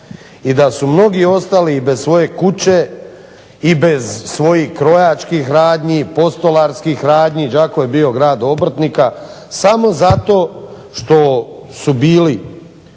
i da su mnogi ostali bez svoje kuće, bez svojih krojačkih radnji, postolarskih radnji, Đakovo je bio grad obrtnika samo zato što su bili